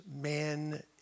man